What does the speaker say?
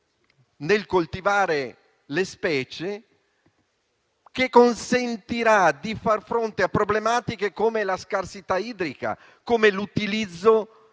nel coltivare le specie che consentirà di far fronte a problematiche come la scarsità idrica, come l'utilizzo